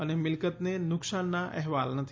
અને મિલકતને નુકસાનના અહેવાલ નથી